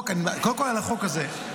קודם כול, על החוק הזה.